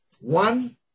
One